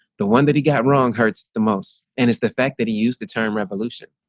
the one that he got wrong hurts the most. and it's the fact that he used the term revolution.